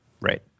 right